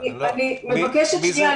אני מבקשת שנייה,